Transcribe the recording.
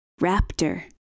Raptor